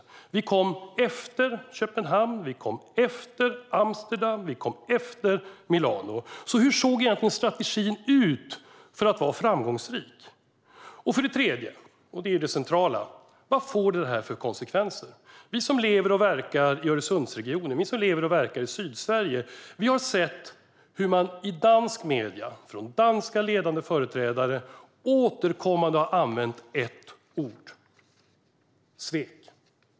Sverige kom efter Köpenhamn, efter Amsterdam och efter Milano. Hur såg egentligen strategin ut för att vara framgångsrik? Sedan kommer den tredje och centrala frågan: Vad får detta för konsekvenser? Vi som lever och verkar i Öresundsregionen, i Sydsverige, har sett hur danska ledande företrädare i danska medier återkommande har använt ett ord, nämligen svek.